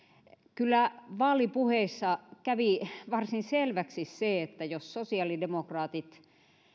kyllä vaalipuheissa kävi varsin selväksi se että jos sosiaalidemokraatit